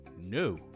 No